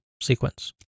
sequence